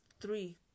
three